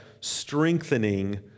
strengthening